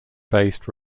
based